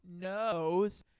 knows